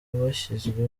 bashyizwe